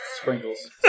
Sprinkles